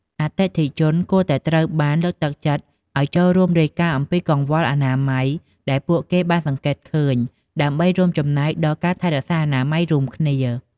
អតិថិជនគួរតែត្រូវបានលើកទឹកចិត្តឱ្យចូលរួមរាយការណ៍អំពីកង្វះអនាម័យដែលពួកគេបានសង្កេតឃើញ ដើម្បីរួមចំណែកដល់ការថែរក្សាអនាម័យរួមគ្នា។